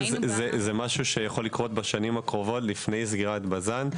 זה משהו שיכול לקרות בשנים הקרובות לפני סגירת בז"ן.